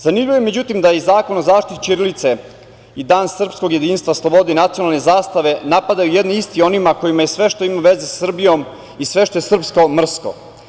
Zanimljivo je međutim da je i zakon o zaštiti ćirilice i Dan srpskog jedinstva, slobode i nacionalne zastave napadaju jedni isti, oni kojima je sve što ima veze sa Srbijom i sve što je srpsko mrsko.